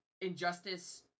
Injustice